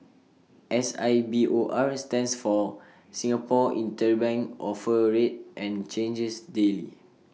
S I B O R stands for Singapore interbank offer rate and changes daily